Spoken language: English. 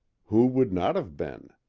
who would not have been?